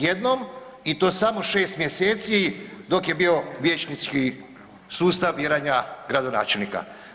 Jednom i to samo 6 mj. dok je bio vijećnički sustav biranja gradonačelnika.